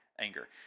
anger